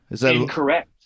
incorrect